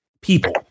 people